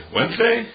Wednesday